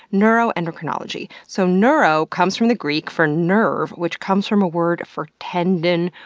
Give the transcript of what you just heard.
neuroendocrinology. so, neuro comes from the greek for nerve, which comes from a word for tendon,